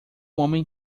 homem